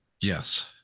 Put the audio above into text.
Yes